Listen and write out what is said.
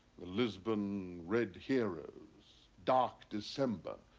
the lisbon red heroes, dark december,